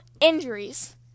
injuries